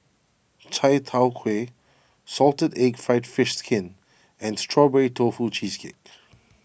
Chai Tow Kway Salted Egg Fried Fish Skin and Strawberry Tofu Cheesecake